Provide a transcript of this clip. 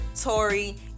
Tori